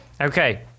Okay